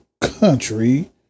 country